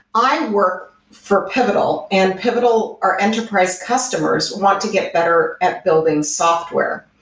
i work for pivotal, and pivotal, our enterprise customers want to get better at building software.